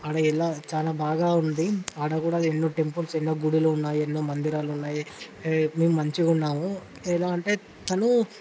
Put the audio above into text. అది ఎలా చాలా బాగా ఉంది అక్కడ కూడా ఎన్నో టెంపల్స్ ఉన్నాయి గుడులు ఉన్నాయి ఎన్నో మందిరాలు ఉన్నాయి మేము మంచిగా ఉన్నాము ఎలా అంటే తను